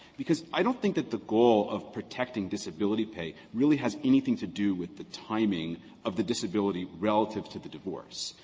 because i don't think that the goal of protecting disability pay really has anything to do with the timing of the disability relative to the divorce.